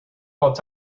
called